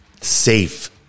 safe